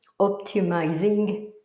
optimizing